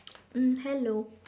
hmm hello